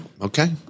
Okay